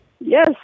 yes